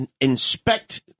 inspect